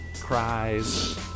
cries